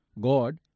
God